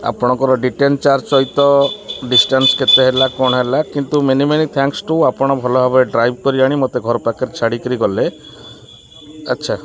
ଆପଣଙ୍କର detail charge ସହିତ distance କେତେ ହେଲା କ'ଣ ହେଲା କିନ୍ତୁ ମିନି ମେନି ଥ୍ୟାଙ୍କସ୍ ଟୁ ଆପଣ ଭଲଭାବେ ଡ୍ରାଇଭ୍ କରି ଆଣି ମୋତେ ଘର ପାଖରେ ଛାଡ଼ିକିରି ଗଲେ ଆଚ୍ଛା